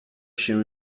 się